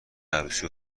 عروسی